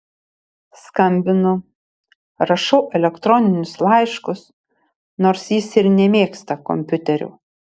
skambinu rašau elektroninius laiškus nors jis ir nemėgsta kompiuterių